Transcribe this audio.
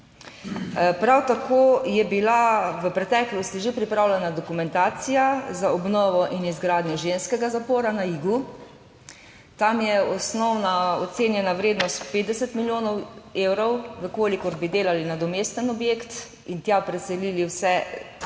Prav tako je bila v preteklosti že pripravljena dokumentacija za obnovo in izgradnjo ženskega zapora na Igu, tam je osnovna ocenjena vrednost 50 milijonov evrov, v kolikor bi delali nadomesten objekt in tja preselili vse